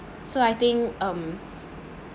so I think um